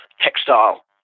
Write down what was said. textile